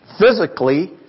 physically